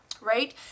right